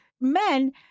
Men